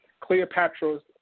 Cleopatra's